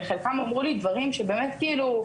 וחלקם אמרו לי דברים שבאמת 2022,